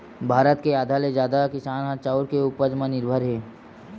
भारत के आधा ले जादा किसान ह चाँउर के उपज म निरभर हे